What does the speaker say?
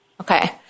Okay